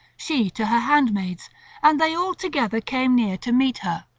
she to her handmaids and they all together came near to meet her,